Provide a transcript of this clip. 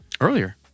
Earlier